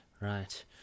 right